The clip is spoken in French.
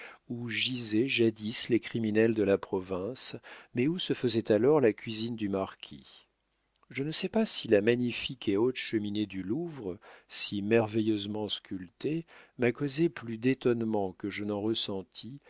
où gisaient jadis les criminels de la province mais où se faisait alors la cuisine du marquis je ne sais pas si la magnifique et haute cheminée du louvre si merveilleusement sculptée m'a causé plus d'étonnement que je n'en ressentis